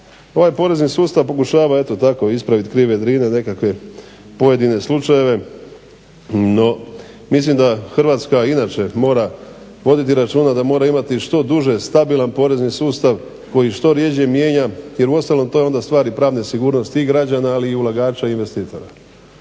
Ovaj porezni sustav pokušava eto tako ispraviti krive drine nekakve pojedine slučajeve, no mislim da Hrvatska inače mora voditi računa da mora imati što duže stabilan porezni sustav koji što rjeđe mijenja jer uostalom to je onda stvar i pravne sigurnosti i građana, ali i ulagača i investitora.